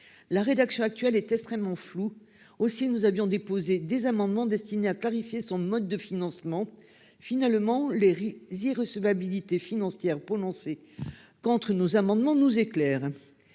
de soutien scolaire, est extrêmement floue. Aussi avions-nous déposé des amendements destinés à clarifier son mode de financement. Finalement, les irrecevabilités financières prononcées contre nos amendements nous éclairent